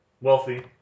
Wealthy